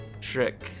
trick